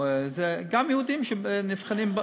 גם יהודים שנבחנים,